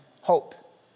hope